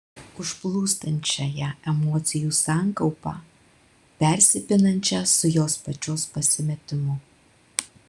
užplūstančią ją emocijų sankaupą persipinančią su jos pačios pasimetimu